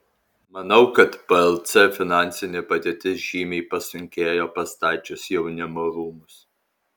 manau kad plc finansinė padėtis žymiai pasunkėjo pastačius jaunimo rūmus